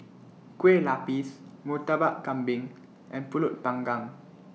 Kueh Lapis Murtabak Kambing and Pulut Panggang